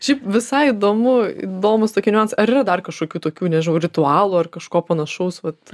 šiaip visai įdomu įdomūs tokie niuansai ar yra dar kažkokių tokių nežinau ritualų ar kažko panašaus vat